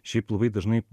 šiaip labai dažnai